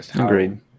Agreed